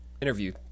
Interview